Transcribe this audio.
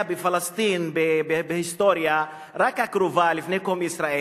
בפלסטין בהיסטוריה הקרובה לפני קום ישראל.